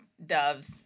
Doves